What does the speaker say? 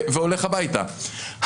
והולך הביתה.